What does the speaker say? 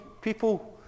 people